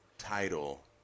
Title